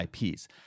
IPs